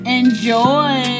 Enjoy